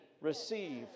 receive